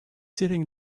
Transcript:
sitting